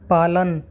पालन